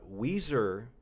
Weezer